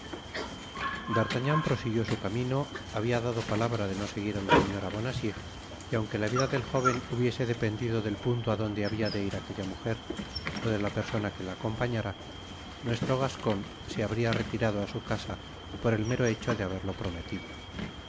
d'artagnan prosiguió su camino habia dado palabra de no seguir á la señora bonacieux y aunque la vida del jóven hubiese dependido del punto á donde habia de ir aquella mujer ó de la persona que la acompañara nuestro gascon se habría retirado á su casa por el mero hecho de haberlo prometido